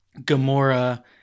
Gamora